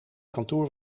kantoor